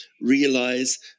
realize